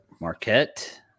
Marquette